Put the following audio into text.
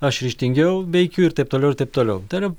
aš ryžtingiau veikiu ir taip toliau ir taip toliau tai yra